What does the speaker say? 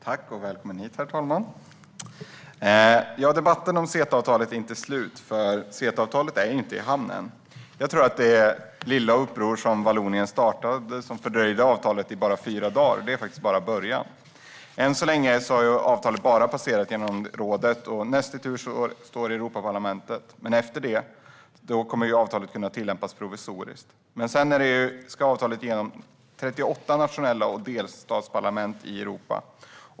Herr talman! Välkommen hit! Debatten om CETA-avtalet är inte slut, för avtalet är inte i hamn än. Jag tror att det lilla uppror som Vallonien startade och som fördröjde avtalet med fyra dagar bara är början. Än så länge har avtalet bara passerat genom rådet. Näst i tur står Europaparlamentet. Efter det kommer avtalet att kunna tillämpas provisoriskt. Men sedan ska avtalet igenom 38 nationella parlament och delstatsparlament i Europa.